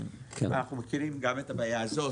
אנחנו מכירים גם את הבעיה הזאת.